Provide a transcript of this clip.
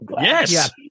yes